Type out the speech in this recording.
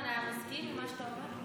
פרופ' פרידמן היה מסכים עם מה שאתה אומר?